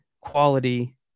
quality